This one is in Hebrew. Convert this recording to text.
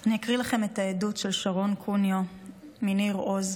אקריא לכם את העדות של שרון קוניו מניר עוז,